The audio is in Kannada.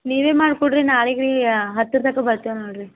ನೀವೇ ಮಾಡ್ಕೊಡ್ರಿ ನಾಳೆಗೆ ರೀ ಯಾ ಹತ್ರ ತನಕ ಬರ್ತೀವಿ ನೋಡ್ರಿ